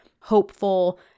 hopeful